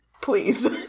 please